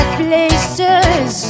places